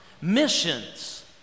Missions